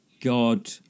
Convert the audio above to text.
god